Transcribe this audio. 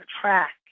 track